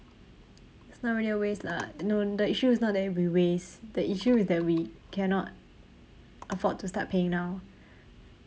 it's not really a waste lah no the issue is not that we waste the issue is that we cannot afford to start paying now